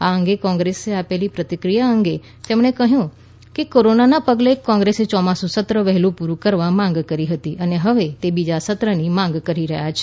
આ અંગે કોંગ્રેસે આપેલી પ્રતિક્રિયા અંગે તેમણે કહથું કે કોરોનાના પગલે કોંગ્રેસ ચોમાસુ સત્ર વહેલુ પુરૂ કરવા માંગ કરી હતી અને હવે તે બીજા સત્રની માંગ કરી રહયાં છે